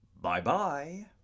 Bye-bye